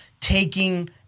taking